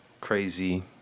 crazy